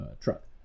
truck